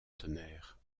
tonnerre